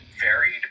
varied